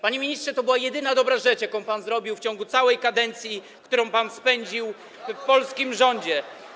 Panie ministrze, to była jedyna dobra rzecz, jaką pan zrobił w ciągu całej kadencji, którą pan spędził w polskim rządzie.